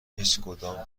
هیچکدام